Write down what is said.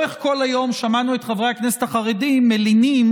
לאורך כל היום שמענו את חברי הכנסת החרדים מלינים